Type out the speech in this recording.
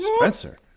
Spencer